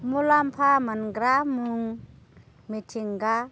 मुलामफा मोनग्रा मुं मिथिंगा